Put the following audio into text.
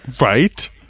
Right